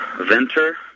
Venter